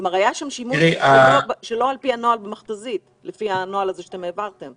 כלומר היה שם שימוש במכת"זית שלא על פי הנוהל שאתם העברתם.